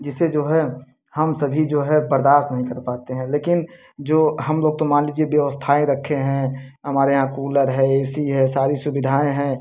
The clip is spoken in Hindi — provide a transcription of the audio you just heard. जिससे जो है हम सभी जो है बर्दास्त नहीं कर पाते हैं लेकिन जो हम लोग तो मान लीजिए व्यवस्थाएं रखे हैं हमारे यहाँ कुलर है ए सी है सारी सुविधाएं हैं